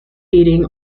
heating